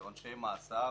לעונשי מאסר